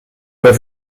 pas